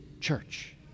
church